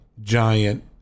giant